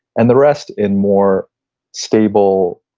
and the rest in more stable,